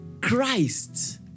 Christ